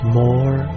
more